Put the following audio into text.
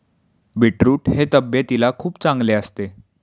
beetroot हे तब्येतीला खूप चांगले असते